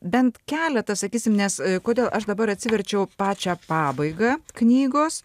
bent keletą sakysim nes kodėl aš dabar atsiverčiau pačią pabaigą knygos